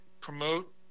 promote